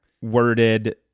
worded